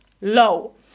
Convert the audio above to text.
low